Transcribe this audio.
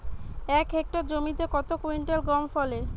এক হেক্টর জমিতে কত কুইন্টাল গম ফলে?